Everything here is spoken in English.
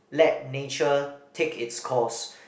let nature take it's course